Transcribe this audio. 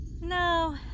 No